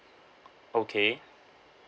okay